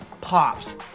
Pops